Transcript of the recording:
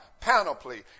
panoply